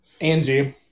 Angie